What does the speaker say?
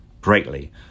greatly